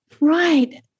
Right